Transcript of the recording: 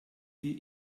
sie